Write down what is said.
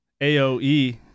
AOE